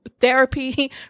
therapy